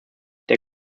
der